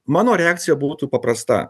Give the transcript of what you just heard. mano reakcija būtų paprasta